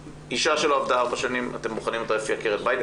אישה שלא עבדה ארבע שנים אתם בוחנים אותה לפי עקרת בית.